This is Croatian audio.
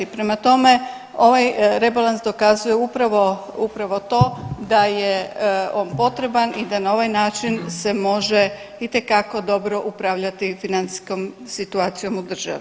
Prema tome, ovaj rebalans dokazuje upravo to da je on potreban i da na ovaj način se može itekako dobro upravljati financijskom situacijom u državi.